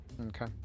Okay